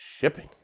Shipping